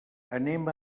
anem